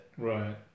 Right